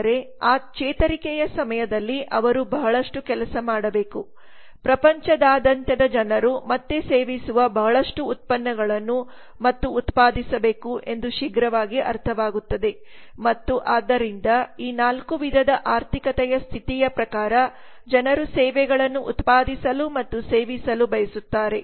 ಆದರೆ ಚೇತರಿಕೆಯ ಸಮಯದಲ್ಲಿ ಅವರು ಬಹಳಷ್ಟು ಕೆಲಸ ಮಾಡಬೇಕು ಪ್ರಪಂಚದಾದ್ಯಂತದ ಜನರು ಮತ್ತೆ ಸೇವಿಸುವ ಬಹಳಷ್ಟು ಉತ್ಪನ್ನಗಳನ್ನು ಮತ್ತು ಉತ್ಪಾದಿಸಬೇಕು ಎಂದು ಶೀಘ್ರವಾಗಿ ಅರ್ಥವಾಗುತ್ತದೆ ಮತ್ತು ಆದ್ದರಿಂದ ಈ 4 ವಿಧದಆರ್ಥಿಕತೆಯ ಸ್ಥಿತಿಯ ಪ್ರಕಾರ ಜನರು ಸೇವೆಗಳನ್ನು ಉತ್ಪಾದಿಸಲು ಮತ್ತು ಸೇವಿಸಲು ಬಯಸುತ್ತಾರೆ